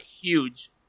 huge